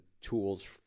tools